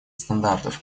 стандартов